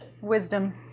Wisdom